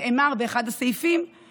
נאמר באחד הסעיפים,